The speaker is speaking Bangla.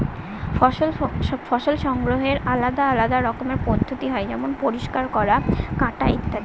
ফসল সংগ্রহের আলাদা আলদা রকমের পদ্ধতি হয় যেমন পরিষ্কার করা, কাটা ইত্যাদি